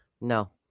No